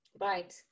Right